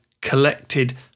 collected